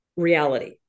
reality